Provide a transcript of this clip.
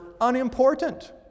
unimportant